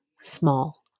small